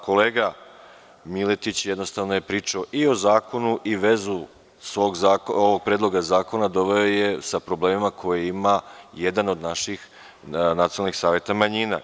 Kolega Miletić jednostavno je pričao i o zakonu i vezu ovog predloga zakona doveo je sa problemima koje ima jedan od naših nacionalnih saveta manjina.